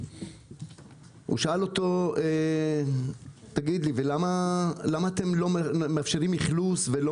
הוא שאל אותו: למה אתם לא מאפשרים אכלוס ולא